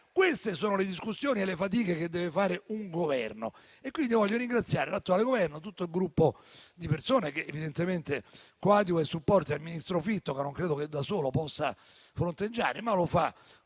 Queste sono le discussioni e le fatiche che deve fare un Governo. Voglio quindi ringraziare l'attuale Governo e tutto il gruppo di persone che evidentemente coadiuva e supporta il ministro Fitto, che non credo possa fronteggiare tutto da